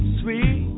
sweet